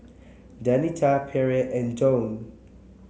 Danita Pierre and Joann